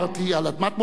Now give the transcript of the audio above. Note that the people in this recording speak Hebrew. על אדמת מולדת,